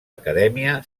acadèmia